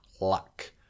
luck